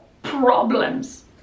problems